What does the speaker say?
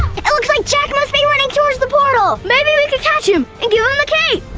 it looks like jack must be running towards the portal. maybe we can catch him and